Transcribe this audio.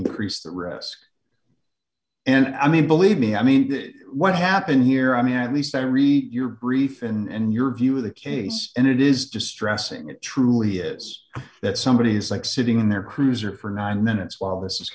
increase the risk and i mean believe me i mean what happened here i mean at least i read your brief and your view of the case and it is distressing it truly is that somebody is like sitting in their cruiser for nine minutes while this